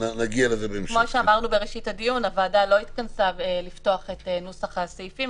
כמו שאמרנו בראשית הדיון הוועדה לא התכנסה לפתוח את נוסח הסעיפים,